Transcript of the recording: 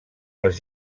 les